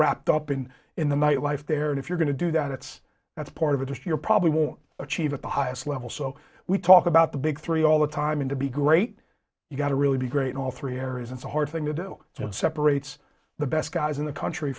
wrapped up in in the nightlife there and if you're going to do that it's that's part of it this year probably won't achieve at the highest level so we talk about the big three all the time and to be great you got to really be great all three areas and the hard thing to do that separates the best guys in the country